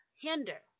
hinder